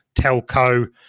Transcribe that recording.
telco